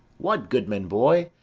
what, goodman boy?